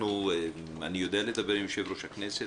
אני יודע לדבר עם יושב-ראש הכנסת,